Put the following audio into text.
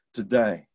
today